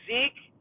Zeke